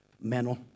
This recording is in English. mental